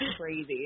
crazy